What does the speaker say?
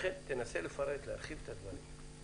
לכן תנסה לפרט, להרחיב את הדברים.